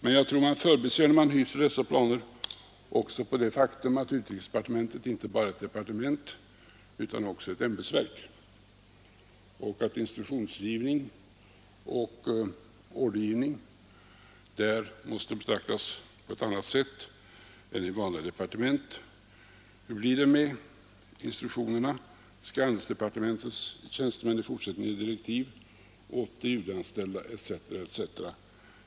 När man hyser dessa planer tror jag emellertid att man förbiser det faktum att utrikesdepartementet inte bara är ett departement utan också ett ämbetsverk och att instruktionsoch ordergivning där måste betraktas på annat sätt än i vanliga departement. Hur blir det med instruktionerna? Skall handelsdepartementets tjänstemän i fortsättningen ge direktiv åt de UD-anställda etc.?